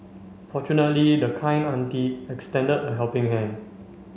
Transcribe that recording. fortunately the kind auntie extended a helping hand